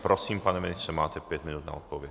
Prosím, pane ministře, máte pět minut na odpověď.